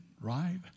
right